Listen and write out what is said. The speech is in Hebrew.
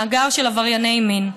מאגר של עברייני מין,